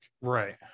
Right